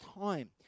time